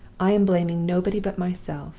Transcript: i am blaming nobody but myself.